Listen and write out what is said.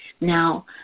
Now